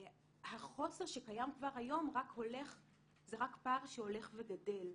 החוסר שקיים כבר היום, זה רק פער שהולך וגדל.